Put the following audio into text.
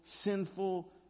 sinful